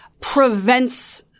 prevents